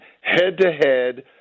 head-to-head